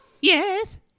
yes